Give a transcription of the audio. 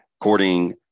According